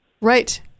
right